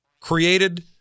created